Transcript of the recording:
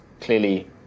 clearly